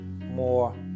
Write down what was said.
more